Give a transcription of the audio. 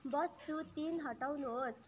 वस्तु तिन हटाउनुहोस्